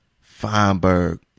Feinberg